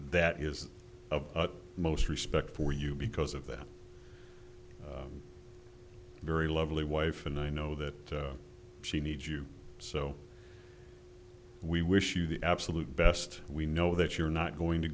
that is of most respect for you because of that very lovely wife and i know that she needs you so we wish you the absolute best we know that you're not going to